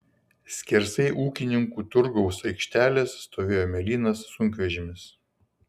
skersai ūkininkų turgaus aikštelės stovėjo mėlynas sunkvežimis